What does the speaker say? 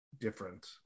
different